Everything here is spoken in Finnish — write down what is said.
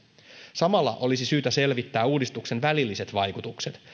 samalla olisi syytä selvittää uudistuksen välilliset vaikutukset